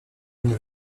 une